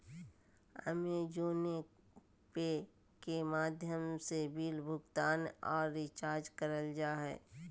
अमेज़ोने Pay के माध्यम से बिल भुगतान आर रिचार्ज करल जा हय